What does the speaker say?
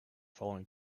following